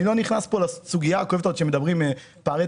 אני לא נכנס פה לסוגיה של פערי תיווך,